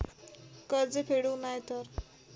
कर्ज फेडूक नाय तर?